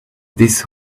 this